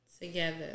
together